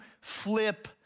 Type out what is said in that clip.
flip